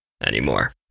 anymore